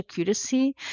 accuracy